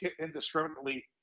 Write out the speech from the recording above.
indiscriminately